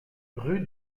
rue